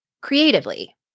creatively